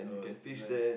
so it's nice